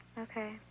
Okay